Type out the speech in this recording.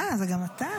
אה, זה גם אתה.